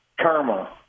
Karma